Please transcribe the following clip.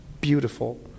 Beautiful